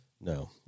No